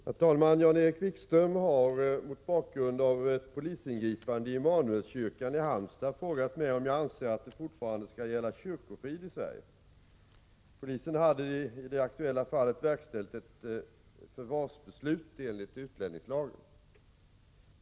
Herr talman! Jan-Erik Wikström har mot bakgrund av ett polisingripande i Immanuelskyrkan i Halmstad frågat mig om jag anser att det fortfarande skall gälla kyrkofrid i Sverige. Polisen hade i det aktuella fallet verkställt ett förvarsbeslut enligt utlänningslagen.